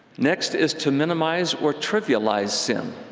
next is to minimize or trivialize sin,